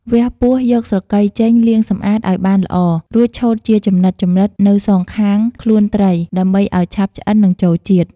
វះពោះ យកស្រកីចេញ លាងសម្អាតឲ្យបានល្អ រួចឆូតជាចំណិតៗនៅសងខាងខ្លួនត្រីដើម្បីឲ្យឆាប់ឆ្អិន និងចូលជាតិ។